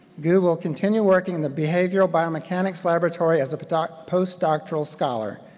goo will continued working the behavioral biomechanics laboratory as a but postdoctoral scholar.